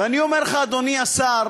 ואני אומר לך, אדוני השר,